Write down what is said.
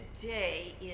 today